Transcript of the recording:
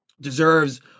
deserves